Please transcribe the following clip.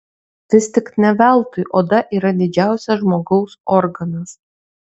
vis tik ne veltui oda yra didžiausias žmogaus organas